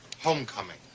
Homecoming